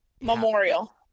Memorial